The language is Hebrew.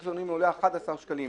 הוא עולה 11 שקלים.